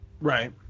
Right